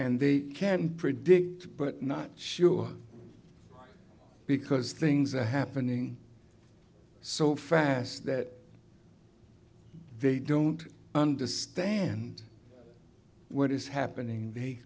and they can predict but not sure because things are happening so fast that they don't understand what is happening they